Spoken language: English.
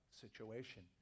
situation